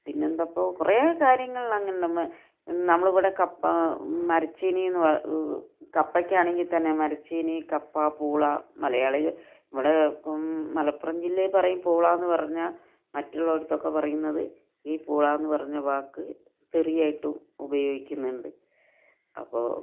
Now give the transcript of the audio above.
പിന്നെ എന്താണ് ഇപ്പം കുറേ കാര്യങ്ങളിൽ അങ്ങനെ ഉണ്ട് നമ്മൾ ഇവിടെ കപ്പ മരച്ചീനി എന്ന് കപ്പയ്ക്കാണെങ്കിൽ തന്നെ മരച്ചീനി കപ്പ പൂള മലയാളി ഇവിടെ മലപ്പുറം ജില്ലയിൽ പറയും പൂള എന്ന് പറഞ്ഞാൽ മറ്റുള്ള ഇടത്തൊക്കെ പറയുന്നത് ഈ പൂള എന്ന് പറഞ്ഞ വാക്ക് തെറിയായിട്ടും ഉപയോഗിക്കുന്നുണ്ട് അപ്പോൾ